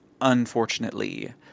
unfortunately